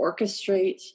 orchestrate